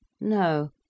No